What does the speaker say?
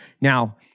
Now